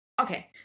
okay